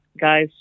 guys